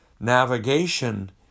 navigation